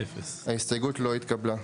0 ההסתייגות לא התקבלה.